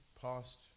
past